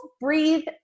breathe